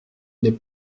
n’est